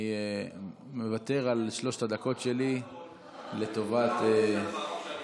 אני מוותר על שלוש הדקות שלי לטובת האפשרות